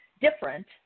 different